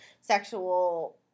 sexual